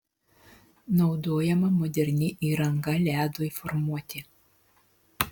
naudojama moderni įranga ledui formuoti